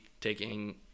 taking